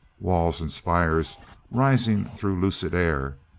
walls and spires rising through lucid air,